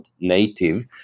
native